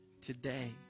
today